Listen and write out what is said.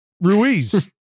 Ruiz